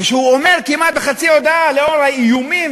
וכשהוא אומר כמעט בחצי הודאה: לנוכח האיומים